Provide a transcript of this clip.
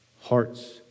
hearts